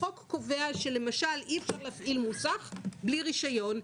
החוק קובע למשל שאי אפשר להפעיל מוסך בלי רישיון,